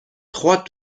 trois